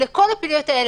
בשירותי בריאות,